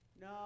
No